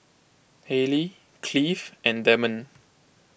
Hallie Cleave and Demond